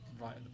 Right